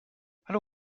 hallo